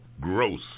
Gross